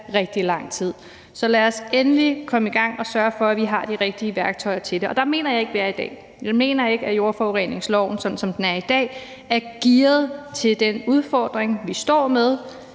rigtig lang tid. Så lad os endelig komme i gang og sørge for, at vi har de rigtige værktøjer til det. Der mener jeg ikke vi er i dag. Jeg mener ikke, at jordforureningsloven, sådan som den er i dag, er gearet til den udfordring, vi står med